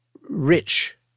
rich